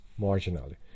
marginally